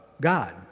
God